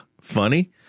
funny